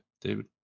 David